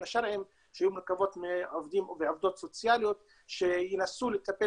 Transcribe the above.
השרעיים שיהיו מורכבות מעובדים ועובדות סוציאליות שינסו לטפל